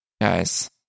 Guys